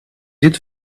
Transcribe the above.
did